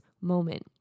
moment